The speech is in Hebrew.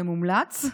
ומומלץ,